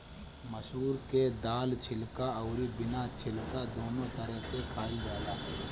मसूर के दाल छिलका अउरी बिना छिलका दूनो तरह से खाइल जाला